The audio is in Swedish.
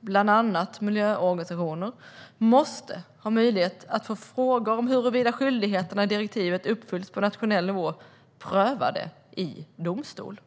bland annat miljöorganisationer, måste ha möjlighet att få frågor om huruvida skyldigheterna i direktivet uppfylls på nationell nivå prövade i domstol.